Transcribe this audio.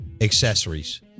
accessories